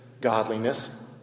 godliness